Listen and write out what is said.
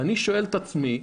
ואני שואל את עצמי,